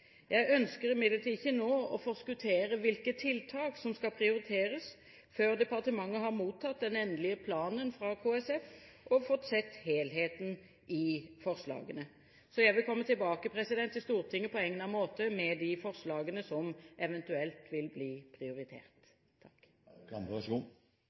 Jeg ønsker imidlertid ikke nå å forskuttere hvilke tiltak som skal prioriteres før departementet har mottatt den endelige planen fra KSF og fått sett helheten i forslagene. Så jeg vil komme tilbake til Stortinget på egnet måte med de forslagene som eventuelt vil bli